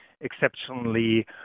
exceptionally